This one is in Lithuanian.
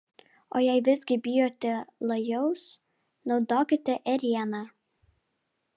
o jei visgi bijote lajaus naudokite ėrieną